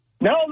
No